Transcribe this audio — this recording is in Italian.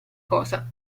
cosa